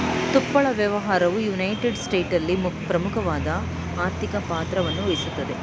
ತುಪ್ಪಳ ವ್ಯಾಪಾರವು ಯುನೈಟೆಡ್ ಸ್ಟೇಟ್ಸ್ನಲ್ಲಿ ಪ್ರಮುಖವಾದ ಆರ್ಥಿಕ ಪಾತ್ರವನ್ನುವಹಿಸ್ತದೆ